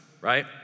right